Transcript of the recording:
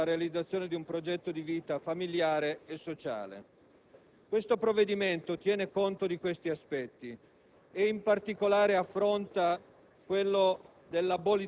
che spesso ostacola la realizzazione di un progetto di vita familiare e sociale. Il provvedimento tiene conto di tutti questi aspetti e, in particolare, affronta